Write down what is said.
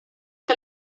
que